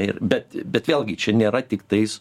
ir bet bet vėlgi čia nėra tiktais